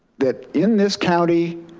that in this county,